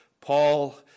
Paul